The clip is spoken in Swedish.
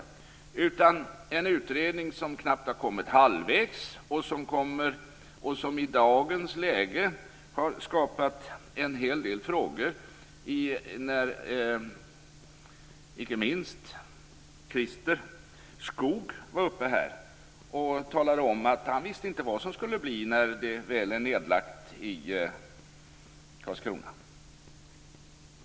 Det är nu fråga om en utredning som knappt har kommit halvvägs och som i dagens läge har skapat en hel del frågor. Christer Skoog sade att han inte visste vad som skulle hända när högskolan väl blev nedlagd i Karlskrona.